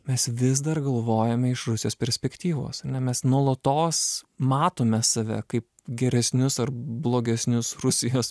mes vis dar galvojame iš rusijos perspektyvos ne mes nuolatos matome save kaip geresnius ar blogesnius rusijos